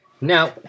Now